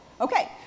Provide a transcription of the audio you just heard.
Okay